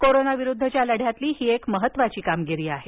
कोरोनाविरुद्धच्या लढ्यातील ही एक महत्वाची कामगिरी आहे